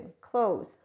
close